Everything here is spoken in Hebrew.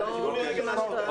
אתם מפסיקים אותו.